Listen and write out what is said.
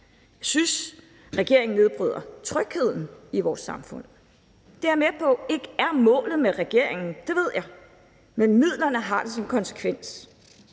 Jeg synes, regeringen nedbryder trygheden i vores samfund. Det er jeg med på ikke er målet for regeringen, det ved jeg, men midlerne har det som konsekvens,